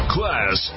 Class